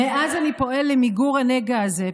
מאז אני פועל למיגור הנגע הזה,